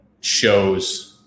shows